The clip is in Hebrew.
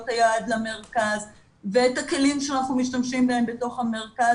היעד למרכז ואת הכלים שאנחנו משתמשים בהם בתוך המרכז,